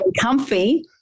comfy